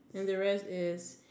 then the rest is